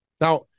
Now